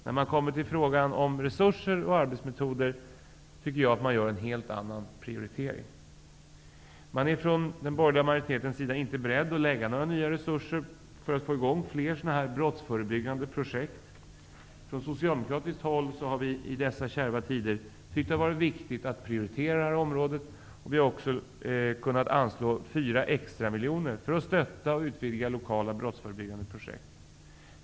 När man kommer till frågan om resurser och arbetsmetoder gör man inom den borgerliga majoriteten enligt min mening en helt annan prioritering. Man är från den borgerliga majoritetens sida inte beredd att satsa några nya resurser för att få i gång fler sådana här brottsförebyggande projekt. Från socialdemokratiskt håll har vi i dessa kärva tider tyckt att det har varit viktigt att prioritera området, och vi är av den uppfattningen att 4 extra miljoner bör anslås för att stötta och utvidga lokala brottsförebyggande projekt.